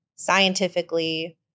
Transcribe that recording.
scientifically